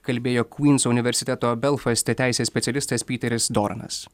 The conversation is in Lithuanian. kalbėjo kvyns universiteto belfaste teisės specialistas piteris doranas